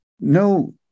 no